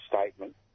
statement